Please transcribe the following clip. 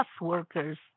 workers